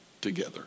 together